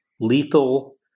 lethal